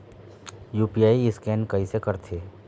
UPI scan कइसे करथे?